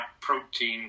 protein